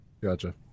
Gotcha